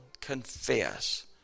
confess